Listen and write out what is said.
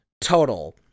total